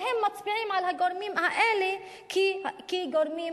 והם מצביעים על הגורמים האלה כגורמים